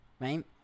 Right